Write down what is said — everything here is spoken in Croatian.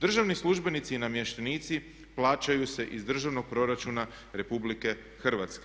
Državni službenici i namještenici plaćaju se iz državnog proračuna RH.